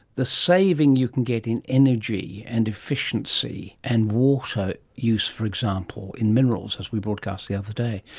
the saving you can get in energy and efficiency and water use, for example, in minerals as we broadcast the other day,